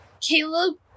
Caleb